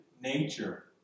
nature